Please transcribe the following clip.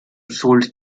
sold